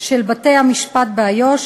של בתי-המשפט באיו"ש,